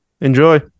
enjoy